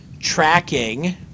tracking